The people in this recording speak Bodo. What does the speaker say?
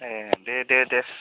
ए दे दे दे